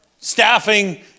staffing